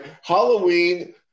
Halloween